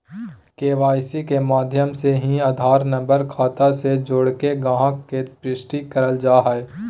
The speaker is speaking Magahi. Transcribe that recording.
के.वाई.सी के माध्यम से ही आधार नम्बर खाता से जोड़के गाहक़ के पुष्टि करल जा हय